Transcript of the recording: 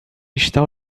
está